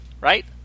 right